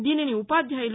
దీనిని ఉపాధ్యాయులు